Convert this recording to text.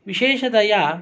विशेषतया